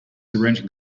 arranging